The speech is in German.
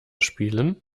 spielen